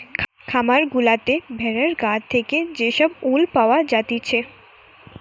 খামার গুলাতে ভেড়ার গা থেকে যে সব উল পাওয়া জাতিছে